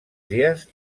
dies